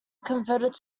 converted